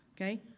okay